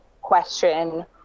question